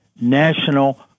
National